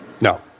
No